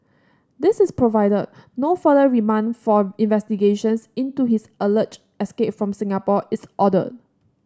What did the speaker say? this is provided no further remand for investigations into his alleged escape from Singapore is ordered